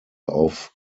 auf